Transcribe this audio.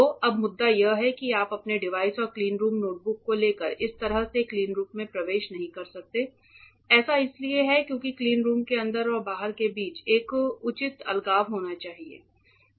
तो अब मुद्दा यह है कि आप अपने डिवाइस और क्लीनरूम नोटबुक को लेकर इस तरह से क्लीनरूम में प्रवेश नहीं कर सकते हैं ऐसा इसलिए है क्योंकि क्लीनरूम के अंदर और बाहर के बीच एक उचित अलगाव होना चाहिए